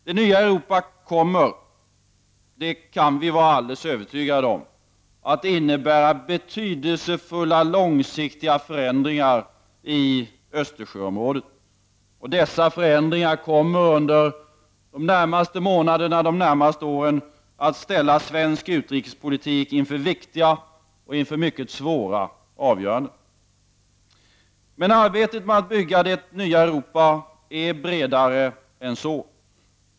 Det nya Europa kommer — det kan vi vara övertygade om — att innebära betydelsefulla, långsiktiga förändringar i Östersjöområdet. Dessa förändringar kommer under de närmaste månaderna och åren att ställa svensk utrikespolitik inför viktiga och mycket svåra avgöranden. Arbetet med att bygga det nya Europa är dock bredare än så.